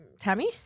Tammy